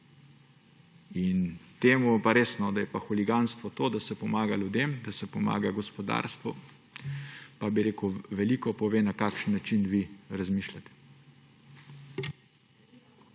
To pa res, da je huliganstvo to, da se pomaga ljudem, da se pomaga gospodarstvu, pa bi rekel, veliko pove, na kakšen način vi razmišljate.